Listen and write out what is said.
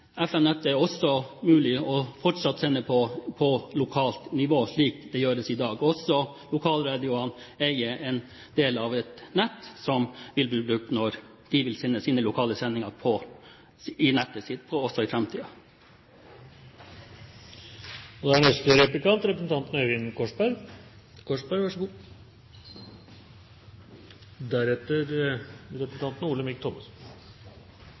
er fortsatt også mulig å sende på lokalt nivå i FM-nettet, slik det gjøres i dag. Også lokalradioene eier en del av et nett som vil bli brukt når de skal ha sine lokale sendinger på nettet, også i framtiden. I likhet med representanten Simensen er jeg også en ivrig radiolytter, og